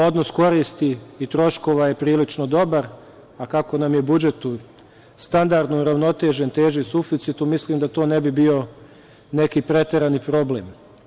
Odnos koristi i troškova je prilično dobar, a kako nam je budžet standardno uravnotežen, teži suficitu, mislim da to ne bi bio neki preterani problem.